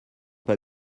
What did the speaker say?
pas